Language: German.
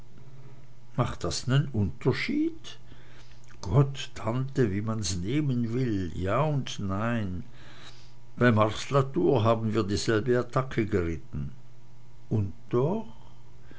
macht das nen unterschied gott tante wie man's nehmen will ja und nein bei marsla tour haben wir dieselbe attacke geritten und doch